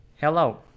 Hello